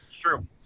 true